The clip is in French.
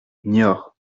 niort